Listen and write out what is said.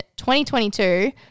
2022